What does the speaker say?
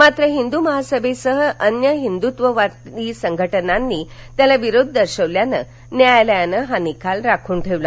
मात्र हिंदू महासभेसह अन्य हिंदूत्ववादी संघटनांनी त्यास विरोध दर्शवल्यानं न्यायालयानं हा निकाल राखून ठेवला